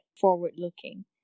forward-looking